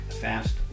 fast